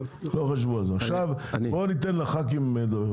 עכשיו בוא ניתן לח"כים לדבר,